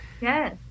Yes